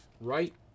Right